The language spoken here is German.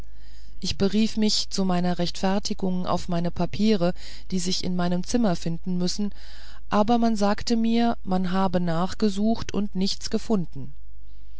ich berief mich zu meiner rechtfertigung auf meine papiere die sich in meinem zimmer finden müssen aber man sagte mir man habe nachgesucht und nichts gefunden